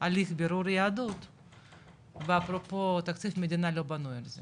הליך בירור יהדות ואפרופו תקציב מדינה לא בנו על זה,